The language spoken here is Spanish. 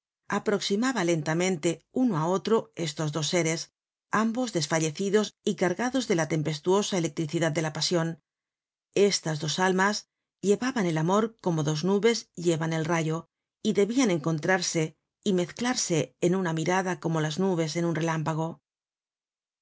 aproximaba lentamente uno á otro estos dos seres ambos des fallecidos y cargados de la tempestuosa electricidad de la pasion estas dos almas llevaban el amor como dos nubes llevan el rayo y debian encontrarse y mezclarse en una mirada como las nubes en un relámpago